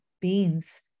beings